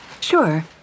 Sure